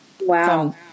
Wow